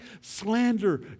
Slander